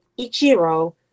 Ichiro